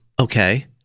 Okay